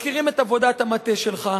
מכירים את עבודת המטה שלך,